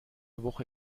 woche